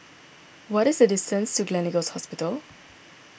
what is the distance to Gleneagles Hospital